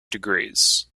degrees